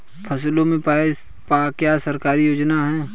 फसलों पे क्या सरकारी योजना है?